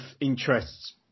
interests